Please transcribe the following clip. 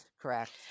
correct